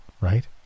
right